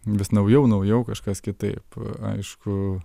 vis naujau naujau kažkas kitaip aišku